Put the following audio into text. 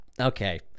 okay